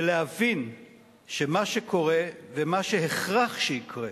ולהבין שמה שקורה ומה שהכרח שיקרה,